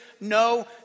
no